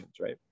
right